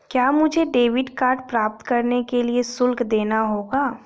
क्या मुझे debit card प्राप्त करने के लिए शुल्क देना होगा?